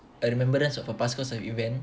a remembrance of a past course of event